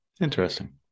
interesting